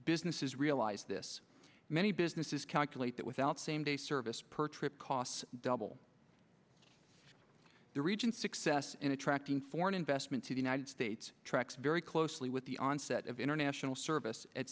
businesses realize this many businesses calculate that without same day service per trip costs double the region success in attracting foreign investment to the united states tracks very closely with the onset of international service at